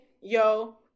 Yo